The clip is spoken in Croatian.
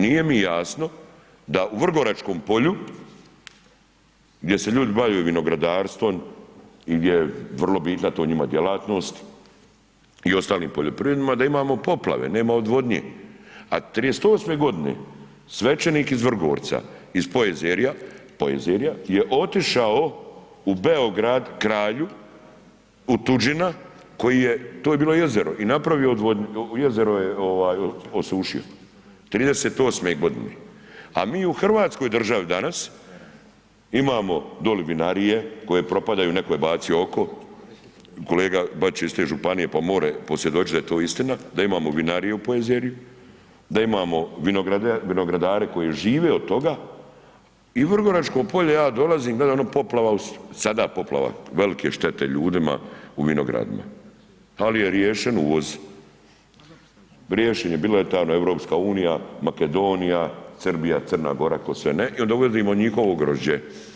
Nije mi jasno da u vrgoračkom polju gdje se ljudi bave vinogradarstvom i gdje je vrlo bitna to njima djelatnost i ostalim poljoprivredama, da imamo poplave, nema odvodnje, a '38. g. svećenik iz Vrgorca iz Pojezerja je otišao u Beograd kralju u tuđina koji je, to je bilo jezero i napravio odvodnju, jezero je osušio, '38. g. a mi u hrvatskoj državi danas imamo doli vinarije koje propadaju, netko je bacio oko, kolega Bačić je iz te županije pa može posvjedočiti da je to istina, da imamo vinariju u Pojezerju, da imamo vinogradare koji žive od toga i vrgoračko polje, ja dolazim, gledam poplava, sada poplava, velike štete ljudima u vinogradnji ali je riješen uvoz, riješen je, bila je EU, Makedonija, Srbija, Crna Gora, ko sve ne i onda uvozimo njihovo grožđe.